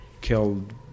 killed